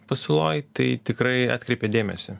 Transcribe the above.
pasiūloj tai tikrai atkreipia dėmesį